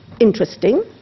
interesting